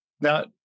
Now